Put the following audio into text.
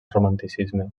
romanticisme